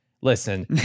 Listen